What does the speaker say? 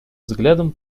взглядом